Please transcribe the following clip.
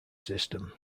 system